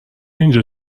اینجا